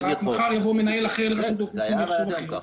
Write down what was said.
מחר יבוא מנהל אחר לרשות האוכלוסין ויחשוב אחרת.